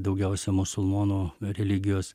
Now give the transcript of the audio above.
daugiausia musulmonų religijos